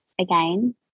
again